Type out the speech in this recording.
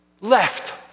left